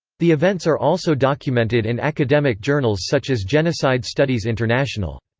the events are also documented in academic journals such as genocide studies international.